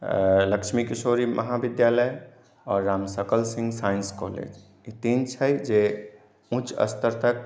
लक्ष्मी किशोरी महाविद्यालय आओर Ramshakal Singh science college ई तीन छै जे उच्च स्तर तक